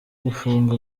gufunga